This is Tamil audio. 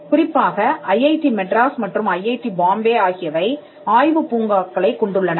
குறிப்பாக ஐஐடி மெட்ராஸ் மற்றும் ஐஐடி பாம்பே ஆகியவை ஆய்வுப் பூங்காக்களைக் கொண்டுள்ளன